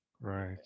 right